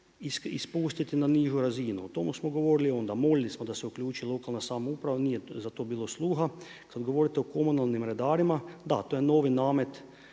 i spustiti na nižu razinu. O tome smo govorili i onda. Molili smo da se uključi lokalna samouprava, nije za to bilo sluha. Kad govorite o komunalnim redarima, da to je novi namet,